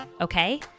okay